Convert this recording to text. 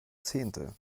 zehnte